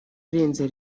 arenze